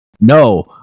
no